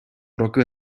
роки